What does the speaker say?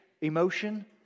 emotion